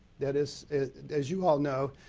that is, as you all know,